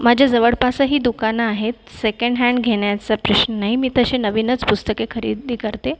माझ्या जवळपासही दुकानं आहेत सेकंडहँड घेण्याचं प्रश्न नाही मी तसे नवीनच पुस्तके खरेदी करते